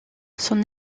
son